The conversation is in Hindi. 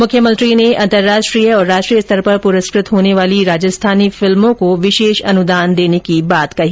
मुख्यमंत्री ने अंतर्राष्ट्रीय और राष्ट्रीय स्तर पर पुरस्कृत होने वाली राजस्थानी फिल्मों को विशेष अनुदान की बात कही